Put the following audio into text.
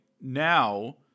now